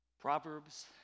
Proverbs